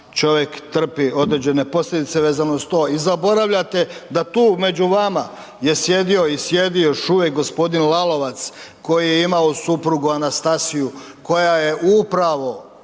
čovjek trpi određene posljedice vezano uz to i zaboravljate da tu među vama je sjedio i sjedi još uvijek g. Lalovac koji je imao suprugu Anastasiju koja je upravo